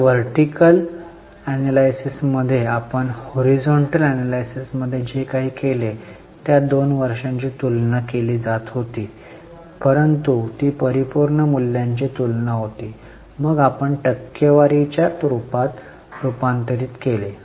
आता vertical analysis मध्ये आपण हॉरिझॉन्टल एनलायसिस मध्ये जे काही केले त्या दोन वर्षांची तुलना केली जात होती परंतु ती परिपूर्ण मूल्यांची तुलना होती आणि मग आपण टक्केवारीच्या रुपात रूपांतरित केले